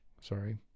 Sorry